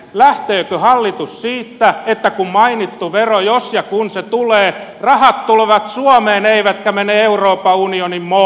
lähteekö hallitus siitä että jos ja kun mainittu vero tulee rahat tulevat suomeen eivätkä mene euroopan unionin molokin kitaan